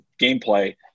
gameplay